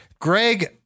Greg